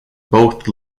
both